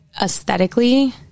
aesthetically